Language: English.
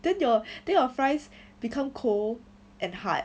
then your then your of fries become cold and hard